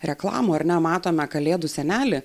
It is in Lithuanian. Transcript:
reklamų ar ne matome kalėdų senelį